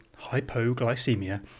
hypoglycemia